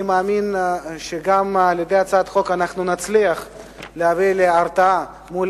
אני מאמין שגם על-ידי הצעת החוק אנחנו נצליח להביא להרתעה מול